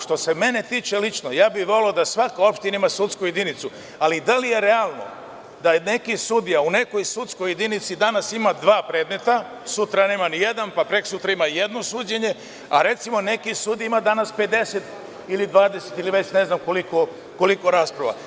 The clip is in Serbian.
Što se mene tiče lično, voleo bih da svaka opština ima sudsku jedinicu, ali da li je realno da neki sudija, u nekoj sudskoj jedinici danas ima dva predmeta, a sutra nema ni jedan, pa prekosutra ima jedno suđenje, a recimo neki sudija ima danas 50 ili 20, ili već ne znam koliko rasprava.